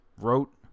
wrote